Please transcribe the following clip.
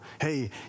Hey